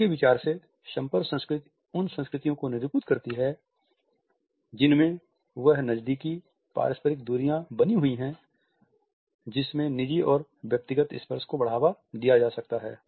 उनके विचार से संपर्क संस्कृति उन संस्कृतियों को निरूपित करती है जिनमें वह नज़दीकी पारस्परिक दूरियाँ बनी हुई हैं जिसमें निजी और व्यक्तिगत स्पर्श को बढ़ावा दिया जा सकता है